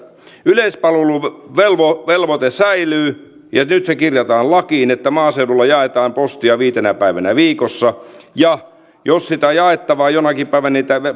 yleispalveluvelvoite säilyy ja nyt se kirjataan lakiin että maaseudulla jaetaan postia viitenä päivänä viikossa jos sitä jaettavaa jonakin päivänä ei jostain syystä ole tämän